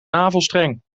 navelstreng